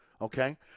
Okay